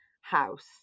house